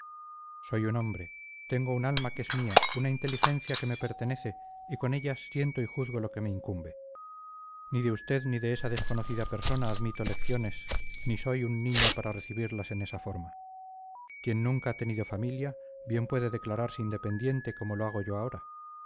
soy un hombre tengo un alma que es mía una inteligencia que me pertenece y con ellas siento y juzgo lo que me incumbe ni de usted ni de esa desconocida persona admito lecciones ni soy un niño para recibirlas en esa forma quien nunca ha tenido familia bien puede declararse independiente como lo hago yo ahora